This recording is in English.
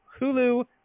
Hulu